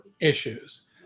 issues